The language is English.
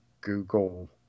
Google